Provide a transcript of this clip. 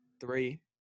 Three